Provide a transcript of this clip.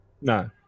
no